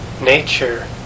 nature